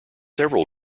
several